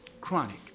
Chronic